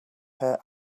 per